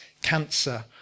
cancer